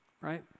right